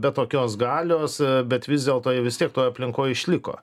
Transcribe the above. be tokios galios bet vis dėlto jie vis tiek toj aplinkoj išliko